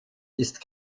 ist